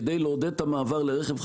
כדי לעודד את המעבר לרכב חשמלי,